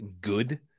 good